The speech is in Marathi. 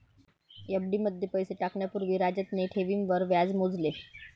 एफ.डी मध्ये पैसे टाकण्या पूर्वी राजतने ठेवींवर व्याज मोजले